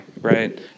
right